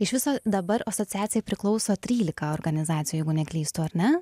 iš viso dabar asociacijai priklauso trylika organizacijų jeigu neklystu ar ne